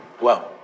Wow